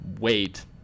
wait